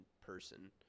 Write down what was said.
person